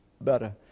better